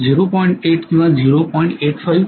8 किंवा 0